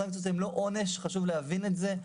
סנקציות הן לא עונש, חשוב להבין את זה.